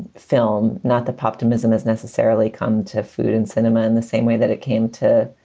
film. not the optimism is necessarily come to food and cinema in the same way that it came to